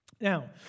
Now